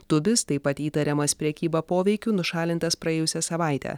tubis taip pat įtariamas prekyba poveikiu nušalintas praėjusią savaitę